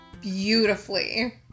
beautifully